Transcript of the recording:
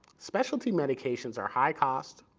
specialty medications are high-cost,